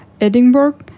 Edinburgh